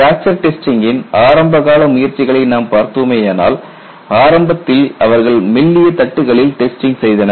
fracture டெஸ்டிங்கின் ஆரம்பகால முயற்சிகளை நாம் பார்த்தோமேயானால் ஆரம்பத்தில் அவர்கள் மெல்லிய தட்டுகளில் டெஸ்டிங் செய்தனர்